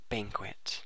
Banquet